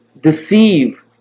deceive